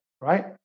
right